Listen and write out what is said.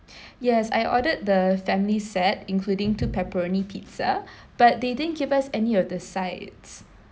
yes I ordered the family set including two pepperoni pizza but they didn't give us any of the sides